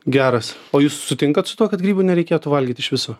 geras o jūs sutinkat su tuo kad grybų nereikėtų valgyt iš viso